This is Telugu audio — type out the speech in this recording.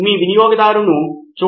నితిన్ కురియన్ అవును అందుబాటులో లేదు